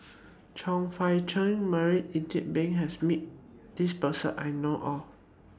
Chong Fah Cheong Marie Ethel Bong has Met This Person I know of